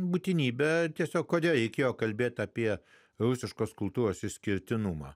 būtinybę tiesiog kodėl reikėjo kalbėti apie rusiškos kultūros išskirtinumą